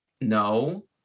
No